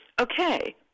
okay